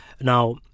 Now